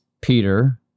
Peter